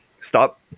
Stop